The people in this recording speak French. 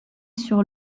sur